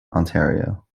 ontario